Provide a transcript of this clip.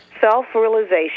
self-realization